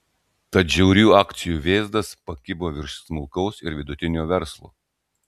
tad žiaurių akcijų vėzdas pakibo virš smulkaus ir vidutinio verslo